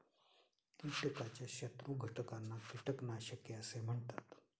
कीटकाच्या शत्रू घटकांना कीटकनाशके असे म्हणतात